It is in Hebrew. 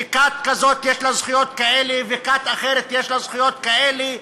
שכת כזאת יש לה זכויות כאלה וכת כזאת יש לה זכויות כאלה,